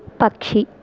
పక్షి